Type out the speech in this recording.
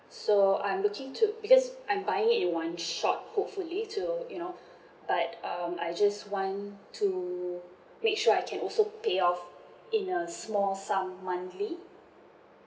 so I'm looking to because I'm buying it in one shot hopefully to you know but um I just want to make sure I can also pay off in a small sum monthly